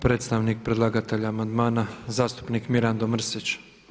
Predstavnik predlagatelja amandmana zastupnik Mirando Mrsić.